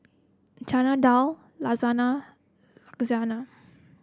Chana Dal Lasagne Lasagna